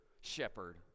shepherd